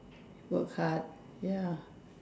work hard ya